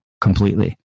completely